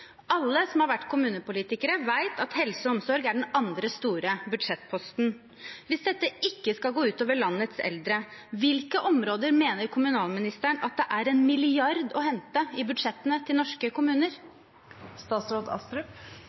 Alle som har vært kommunepolitikere, vet at helse og omsorg er den andre store budsjettposten. Hvis dette ikke skal gå ut over landets eldre, på hvilke områder mener kommunalministeren at det er 1 mrd. kr å hente i budsjettene til norske kommuner?